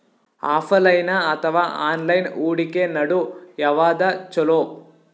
Offline ಅಥವಾ online ಹೂಡಿಕೆ ನಡು ಯವಾದ ಛೊಲೊ?